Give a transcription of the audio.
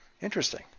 Interesting